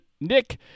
Nick